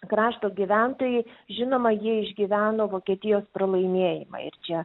krašto gyventojai žinoma jie išgyveno vokietijos pralaimėjimą ir čia